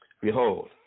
Behold